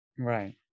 right